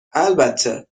البته